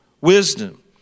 wisdom